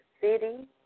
city